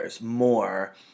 more